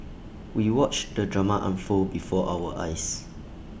we watched the drama unfold before our eyes